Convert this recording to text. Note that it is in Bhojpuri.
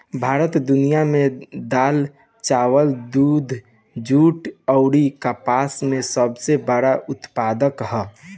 भारत दुनिया में दाल चावल दूध जूट आउर कपास के सबसे बड़ उत्पादक ह